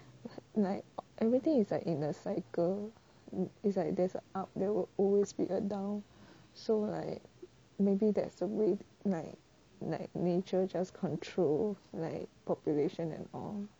like everything is like in a cycle is like that's up there will always be a down so like maybe that's a way like like nature just control like population and all